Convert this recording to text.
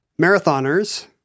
marathoners